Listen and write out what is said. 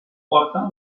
porta